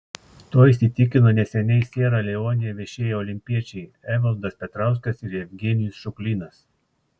tuo įsitikino neseniai siera leonėje viešėję olimpiečiai evaldas petrauskas ir jevgenijus šuklinas